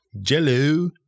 Jell-O